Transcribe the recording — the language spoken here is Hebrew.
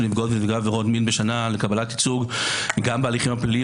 נפגעות ונפגעי עבירות מין בשנה לקבלת ייצוג גם בהליכים הפליליים,